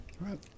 right